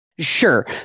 sure